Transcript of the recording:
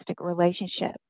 relationship